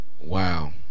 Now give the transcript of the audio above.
wow